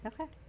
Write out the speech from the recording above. Okay